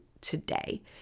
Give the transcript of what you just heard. today